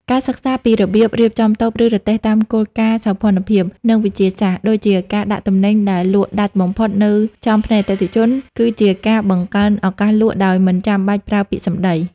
ការសិក្សាពីរបៀបរៀបចំតូប ឬរទេះតាមគោលការណ៍សោភ័ណភាព និងវិទ្យាសាស្ត្រ (ដូចជាការដាក់ទំនិញដែលលក់ដាច់បំផុតនៅចំភ្នែកអតិថិជន) គឺជាការបង្កើនឱកាសលក់ដោយមិនចាំបាច់ប្រើពាក្យសម្ដី។